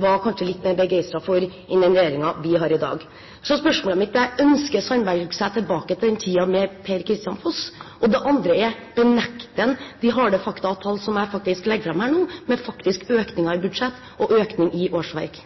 var litt mer begeistret for enn den regjeringen vi har i dag. Så spørsmålet mitt er: Ønsker Sandberg seg tilbake til tiden med Per-Kristian Foss? Det andre er: Benekter han de harde fakta og tall som jeg legger fram her nå, med en faktisk økning i budsjett og økning i antall årsverk?